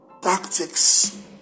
tactics